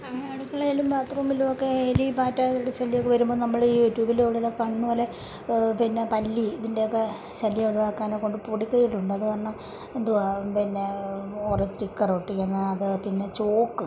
അടുക്കളയിലും ബാത്റൂമിലുമൊക്കെ എലി പാറ്റകളുടെ ശല്യമൊക്കെ വരുമ്പോൾ നമ്മൾ ഈ യൂറ്റൂബിൽ അവിടെ ഇവിടെയൊക്കെ കാണുന്നതുപോലെ പിന്നെ പല്ലി ഇതിന്റെയൊക്കെ ശല്യം ഒഴിവാക്കാനെക്കൊണ്ട് പൊടിക്കൈകളുണ്ട് അത് കാരണം എന്തുവാ പിന്നെ കുറേ സ്റ്റിക്കറൊട്ടിക്കുന്നു അത് പിന്നെ ചോക്ക്